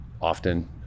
often